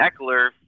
Eckler